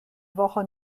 woche